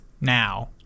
now